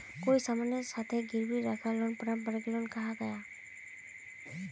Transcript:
कोए सामानेर साथे गिरवी राखाल लोन पारंपरिक लोन कहाल गयाहा